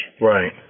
right